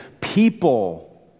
people